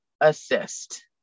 assist